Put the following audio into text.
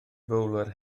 fowler